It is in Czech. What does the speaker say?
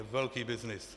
Velký byznys!